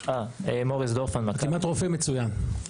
מצוין.